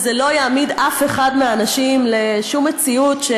וזה לא יעמיד אף אחד מהאנשים לשום מציאות,